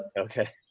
okay.